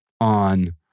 on